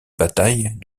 bataille